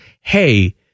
hey